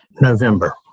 november